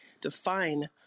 define